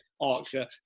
Archer